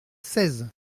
seize